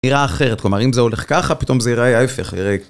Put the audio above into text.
נראה אחרת, כלומר אם זה הולך ככה, פתאום זה ייראה להיפך, רגע.